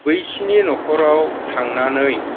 बैसिनि न'खराव थांनानै